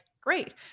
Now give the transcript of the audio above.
great